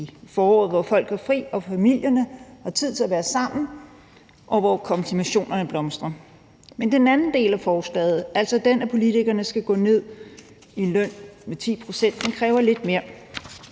i foråret, hvor folk har fri og familierne har tid til at være sammen, og hvor konfirmationerne blomstrer. Men den anden del af forslaget, altså at politikerne skal gå 10 pct. ned i løn, kræver lidt mere.